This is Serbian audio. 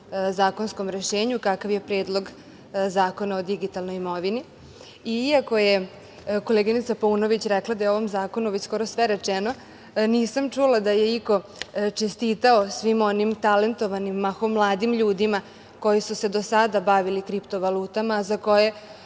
zakonskom rešenju kakav je Predlog zakona o digitalnoj imovini. Iako je koleginica Paunović rekla da je ovim zakonom već skoro sve rečeno, nisam čula da je iko čestitao svim onim talentovanim, mahom mladim ljudima, koji su se do sada bavili kripto valutama, a za koje